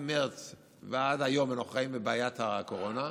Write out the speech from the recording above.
ממרץ ועד היום אנחנו חיים בבעיית הקורונה,